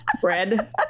bread